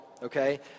okay